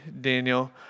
Daniel